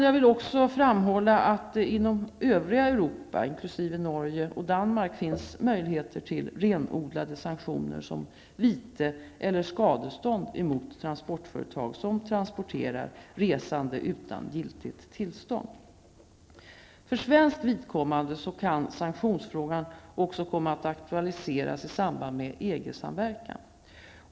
Jag vill här också framhålla att det inom övriga Europa, inkl. Norge och Danmark, finns möjligheter till renodlade sanktioner såsom vite eller skadestånd mot transportföretag som transporterar resande utan giltiga tillstånd. För svenskt vidkommande kan sanktionsfrågan också komma att aktualiseras i samband med EG samverkan.